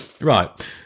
Right